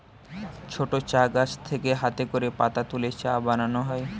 ছোট চা গাছ থেকে হাতে করে পাতা তুলে চা বানানো হয়